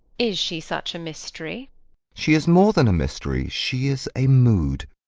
is she such a mystery she is more than a mystery she is a mood.